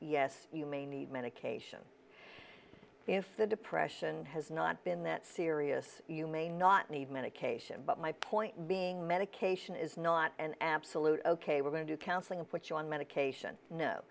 yes you may need medication if the depression has not been that serious you may not need medication but my point being medication is not an absolute ok we're going to counseling and put you on medication no